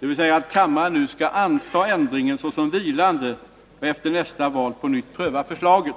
dvs. att kammaren nu skall anta ändringen såsom vilande och efter nästa val på nytt pröva förslaget.